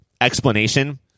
explanation